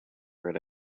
right